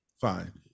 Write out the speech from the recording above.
Fine